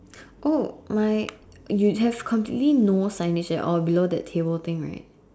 oh my you have completely no signage at all below that table thing right